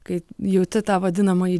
kai jauti tą vadinamąjį